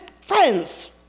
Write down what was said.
friends